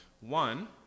One